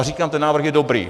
Říkám, ten návrh je dobrý.